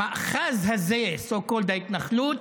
המאחז הזה, so called ההתנחלות,